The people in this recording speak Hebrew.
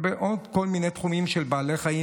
ובעוד כל מיני תחומים של בעלי חיים.